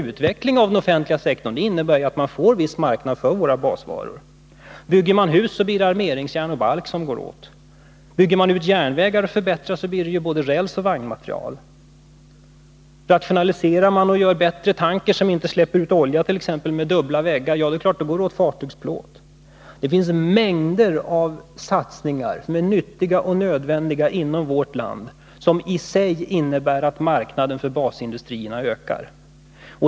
Utveckling av den offentliga sektorn innebär att man får viss marknad för våra basvaror. Bygger man hus, går det åt armeringsjärn och balk. Bygger man ut och förbättrar järnvägarna, behövs både räls och vagnmaterial. Rationaliserar man och gör bättre tankers som inte släpper ut olja, t.ex. genom att man förser dem med dubbla väggar, går det åt fartygsplåt. Det finns mängder av satsningar som är nyttiga och nödvändiga inom vårt land som i sig innebär att marknaden för basindustrierna ökar.